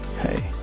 Hey